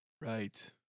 Right